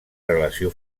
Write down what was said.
relació